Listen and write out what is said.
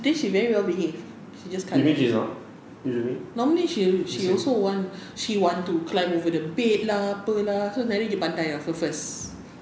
today she very well behaved she just colour normally she also want she want to climb over the bed lah apa lah so tadi dia pandai ah first first